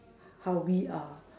how we are